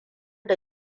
da